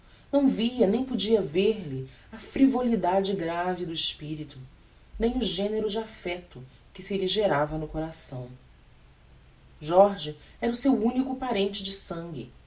não via nem podia ver-lhe a frivolidade grave do espirito nem o genero de affecto que se lhe gerava no coração jorge era o seu unico parente de sangue